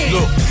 Look